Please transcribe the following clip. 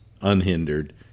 unhindered